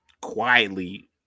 Quietly